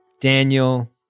Daniel